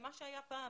למה שהיה פעם